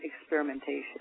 experimentation